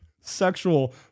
Sexual